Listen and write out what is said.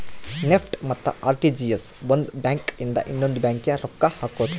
NEFT ಮತ್ತ RTGS ಒಂದ್ bank ಇಂದ ಇನ್ನೊಂದು ಬ್ಯಾಂಕ್ ಗೆ ರೊಕ್ಕ ಹಕೋದು